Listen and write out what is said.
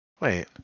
Wait